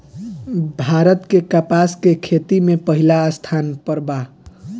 भारत के कपास के खेती में पहिला स्थान पर बा